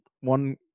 one